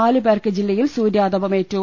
നാലു പേർക്ക് ജില്ലയിൽ സൂര്യാതപമേ റ്റു